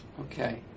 Okay